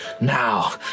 Now